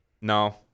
No